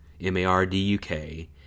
M-A-R-D-U-K